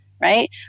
right